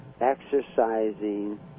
exercising